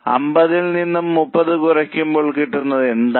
50 ൽ നിന്നും 30 കുറയ്ക്കുമ്പോൾ കിട്ടുന്നത് എന്താണ്